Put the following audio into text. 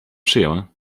przyjęła